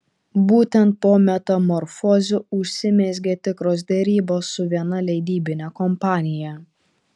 būtent po metamorfozių užsimezgė tikros derybos su viena leidybine kompanija